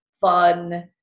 fun